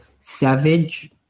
Savage